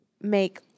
make